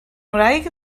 ngwraig